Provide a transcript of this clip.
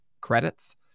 credits